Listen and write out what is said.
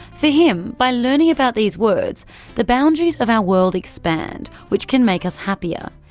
for him, by learning about these words the boundaries of our world expand, which can make us happier.